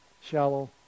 shallow